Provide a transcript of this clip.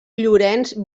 llorenç